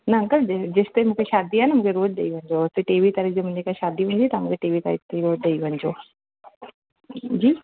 न अंकल जेंसि ताईं मूंखे शादी आ न मूंखे रोज ॾई वञिजो उते टेवीह तारीख़ मुंहिंजे घर शादी थींदी तव्हां मूंखे टेवीह तारीख़ ताईं ॾई वञिजो जी